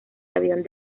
avión